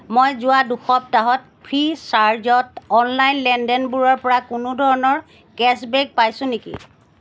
মই যোৱা দুসপ্তাহত ফ্ৰীচাৰ্জত অনলাইন লেনদেনবোৰৰ পৰা কোনো ধৰণৰ কেছবেক পাইছো নেকি